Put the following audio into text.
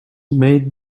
made